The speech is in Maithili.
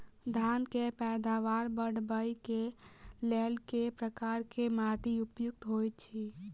धान केँ पैदावार बढ़बई केँ लेल केँ प्रकार केँ माटि उपयुक्त होइत अछि?